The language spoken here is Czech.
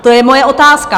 To je moje otázka.